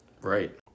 Right